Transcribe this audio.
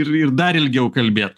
ir ir dar ilgiau kalbėt